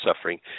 suffering